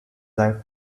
life